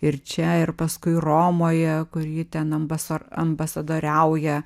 ir čia ir paskui romoje kur ji ten ambasor ambasadoriauja